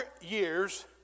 years